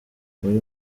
muri